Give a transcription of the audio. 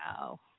Wow